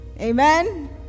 Amen